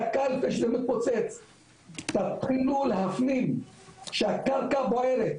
תתחילו להפנים שהקרקע בוערת,